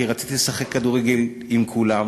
כי רציתי לשחק כדורגל עם כולם,